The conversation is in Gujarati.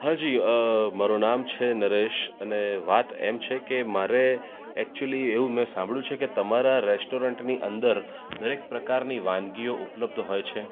હા જી મારુ નામ છે નરેશ અને વાત એમ છે કે મારે એક્ચુલી એવું મેં સાંભળ્યું છે કે તમારા રેસ્ટોરન્ટની અંદર દરેક પ્રકારની વાનગીઓ ઉપલબ્ધ હોય છે